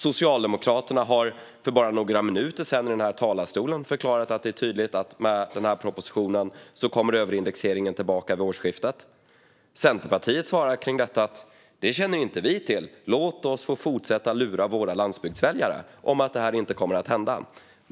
Socialdemokraterna har för bara några minuter sedan i den här talarstolen förklarat att det är tydligt att med denna proposition kommer överindexeringen tillbaka vid årsskiftet. Centerpartiet svarar kring detta: Det känner inte vi till. Låt oss få fortsätta att lura våra landsbygdsväljare med att detta inte kommer att hända!